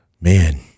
Man